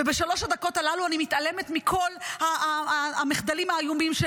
ובשלוש הדקות הללו אני מתעלמת מכל המחדלים האיומים של